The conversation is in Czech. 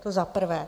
To za prvé.